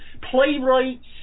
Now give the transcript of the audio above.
playwrights